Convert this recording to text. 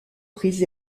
prix